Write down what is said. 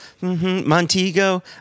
Montego